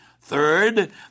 Third